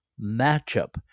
matchup